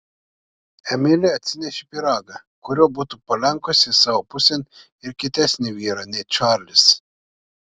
emilė atsinešė pyragą kuriuo būtų palenkusi savo pusėn ir kietesnį vyrą nei čarlis